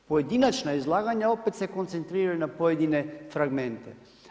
Pojedinačna izlaganja opet se koncentriraju na pojedine fragmente.